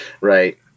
Right